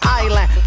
island